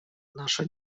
наша